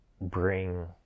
bring